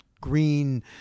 green